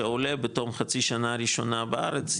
שעולה בתום חצי שנה ראשונה בארץ,